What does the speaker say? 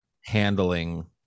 handling